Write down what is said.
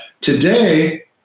Today